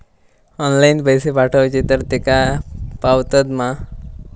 Online पैसे पाठवचे तर तेका पावतत मा?